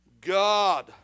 God